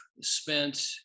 spent